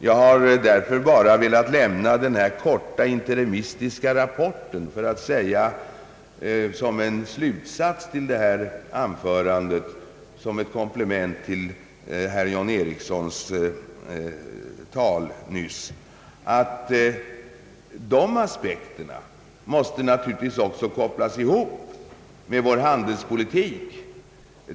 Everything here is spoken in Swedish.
Jag har velat lämna denna korta interimistiska rapport för att som en slutsats till detta anförande, och som ett komplement till herr John Ericssons anförande nyss, säga att de aspekterna naturligtvis också måste kopplas ihop mer vår handelspolitik.